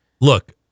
Look